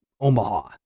Omaha